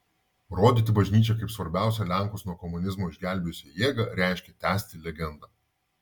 rodyti bažnyčią kaip svarbiausią lenkus nuo komunizmo išgelbėjusią jėgą reiškia tęsti legendą